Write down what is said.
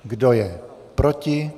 Kdo je proti?